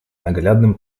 наглядным